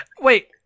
Wait